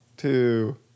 Two